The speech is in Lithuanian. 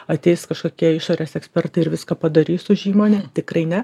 ateis kažkokie išorės ekspertai ir viską padarys už įmonę tikrai ne